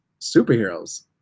superheroes